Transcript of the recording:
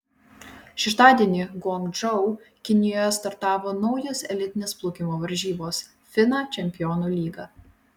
šeštadienį guangdžou kinijoje startavo naujos elitinės plaukimo varžybos fina čempionų lyga